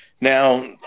Now